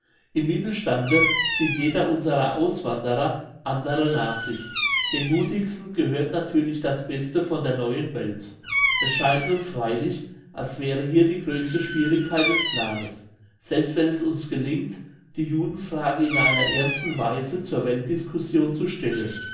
im mittelstande zieht jeder unserer auswanderer andere nach sich den muthigsten gehört natürlich das beste von der neuen welt es scheint nun freilich als wäre hier die grösste schwierigkeit des planes selbst wenn es uns gelingt die judenfrage in einer ernsten weise zur weltdiscussion zu stellen